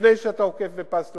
לפני שאתה עוקף על פס לבן,